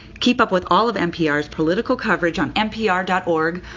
keep up with all of npr's political coverage on npr dot org,